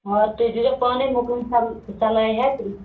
آ تُہۍ دیٖزیٚو پانٕے مُکم صلا صلاحیت